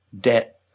debt